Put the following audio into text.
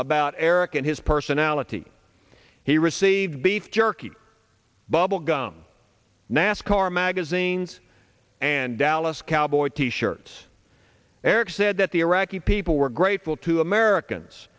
about eric and his personality he received beef jerky bubblegum nascar magazines and dallas cowboy t shirts eric said that the iraqi people were grateful to americans